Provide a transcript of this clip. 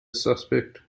suspect